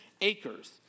acres